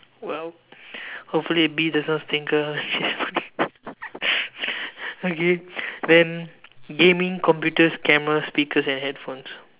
!wow! hopefully be the self stinker okay then gaming computers cameras speakers and headphones